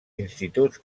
instituts